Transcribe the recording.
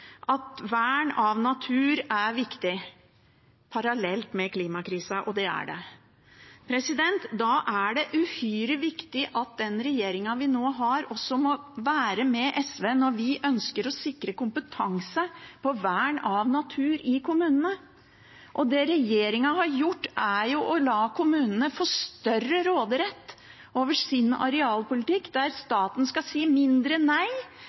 at vern av natur er viktig, parallelt med klimakrisen, og det er det. Da er det uhyre viktig at den regjeringen vi nå har, også må være med SV når vi ønsker å sikre kompetanse på vern av natur i kommunene. Det regjeringen har gjort, er jo å la kommunene få større råderett over sin arealpolitikk – staten skal si mindre nei